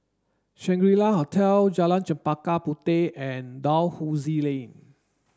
Shangri La Hotel Jalan Chempaka Puteh and Dalhousie Lane